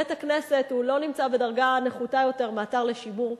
בית-הכנסת לא נמצא בדרגה נחותה יותר מאתר לשימור.